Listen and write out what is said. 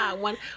One